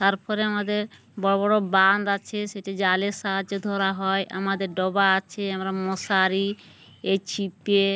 তারপরে আমাদের বড়ো বড়ো বাঁধ আছে সেটি জালের সাহায্যে ধরা হয় আমাদের ডবা আছে আমরা মশারি এই ছিপে